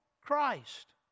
Christ